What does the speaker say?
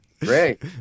Great